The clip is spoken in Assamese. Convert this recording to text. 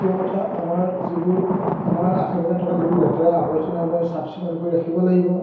তৃতীয় কথা আমাৰ যিবোৰ আমাৰ আশে পাশে থকা যিবোৰ লেতেৰা আৱৰ্জনাবোৰ আমি চাফ চিকুণ কৰি ৰাখিব লাগিব